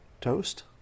toast